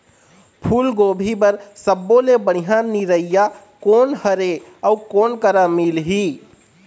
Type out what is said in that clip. फूलगोभी बर सब्बो ले बढ़िया निरैया कोन हर ये अउ कोन करा मिलही?